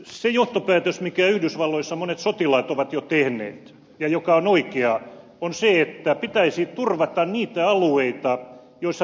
se johtopäätös minkä yhdysvalloissa monet sotilaat ovat jo tehneet ja joka on oikea on se että pitäisi turvata niitä alueita joilla talibanilla esimerkiksi